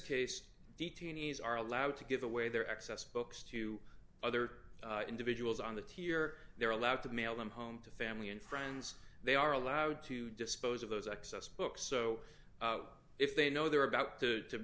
case detainees are allowed to give away their access books to other individuals on the tier they're allowed to mail them home to family and friends they are allowed to dispose of those access books so if they know they're about to